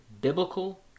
biblical